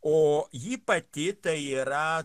o ji pati tai yra